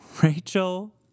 Rachel